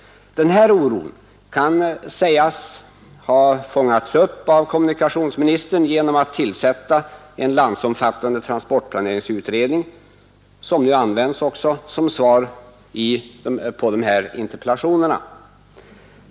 Oron kan sägas ha fångats upp av kommunikationsministern genom tillsättandet av en landsomfattande transportplaneringsutredning, som också åberopas i svaret på dessa interpellationer.